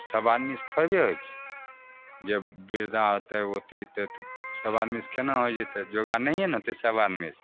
सब आदमी से थोड़बे होइ छै जब बृद्धा होतै ओ तीत सब आदमी से केना होइ जेतै योगा नहिए होतै सब आदमी से